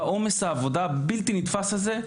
בעומס העבודה הבלתי נתפס הזה,